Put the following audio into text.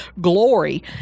glory